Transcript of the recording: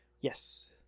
Yes